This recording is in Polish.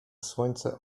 słońce